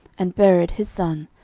and bered his son,